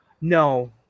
No